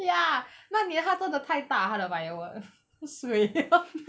ya 那年他真的太大他的 firework suay